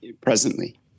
presently